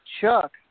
Chuck